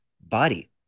body